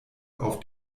auf